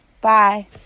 Bye